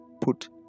put